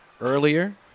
earlier